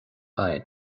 againn